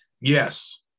yes